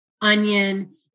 onion